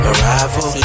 Arrival